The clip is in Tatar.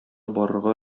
барырга